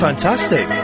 fantastic